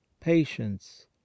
patience